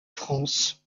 france